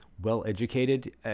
well-educated